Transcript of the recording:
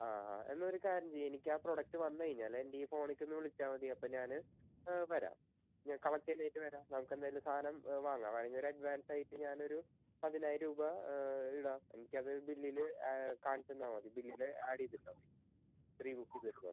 ആ ആ എന്നാൽ ഒരു കാര്യം ചെയ്യ് എനിക്കാ പ്രൊഡക്റ്റ് വന്ന് കഴിഞ്ഞാൽ എൻ്റെ ഈ ഫോണേക്കൊന്ന് വിളിച്ചാൽ മതി അപ്പോൾ ഞാൻ വരാം ഞാൻ കളക്ട ചെയ്യാനായിട്ട് വരാം നമുക്കെന്തായാലും സാധനം വാങ്ങാൻ അതിനൊരഡ്വാൻസായിട്ട് ഞാനൊരു പതിനായിരം രൂപ ഇടാൻ എനിക്കത് ബില്ലിൽ കാണിച്ചന്നാൽ മതി ബില്ലിൽ ആഡ് ചെയ്തിട്ടാൽ മതി ത്രീ റുപ്പീസായിട്ട് മാറും